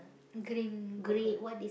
green cockle